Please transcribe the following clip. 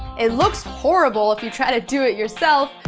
it looks horrible if you try to do it yourself,